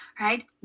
right